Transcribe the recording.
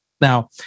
now